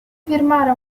firmare